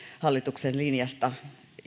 hallituksen linjasta